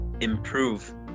improve